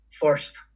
first